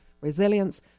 Resilience